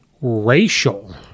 racial